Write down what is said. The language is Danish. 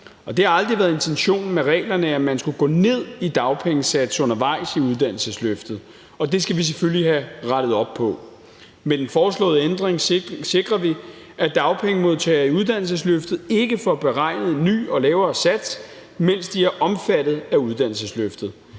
Det har aldrig været intentionen med reglerne, at man skulle gå ned i dagpengesats undervejs i uddannelsesløftet, og det skal vi selvfølgelig have rettet op på. Med den foreslåede ændring sikrer vi, at dagpengemodtagere i uddannelsesløftet ikke får beregnet en ny og lavere sats, mens de er omfattet af uddannelsesløftet.